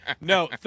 No